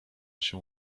się